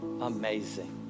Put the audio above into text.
amazing